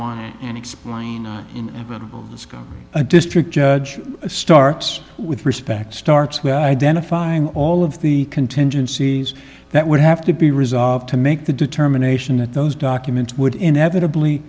one and explain about the scope a district judge starts with respect starts with identifying all of the contingencies that would have to be resolved to make the determination that those documents would inevitably